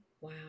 wow